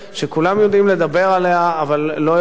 שכולם יודעים לדבר עליה אבל לא יודעים